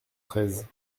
treize